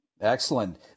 Excellent